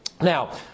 Now